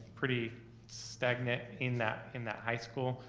pretty stagnant in that in that high school.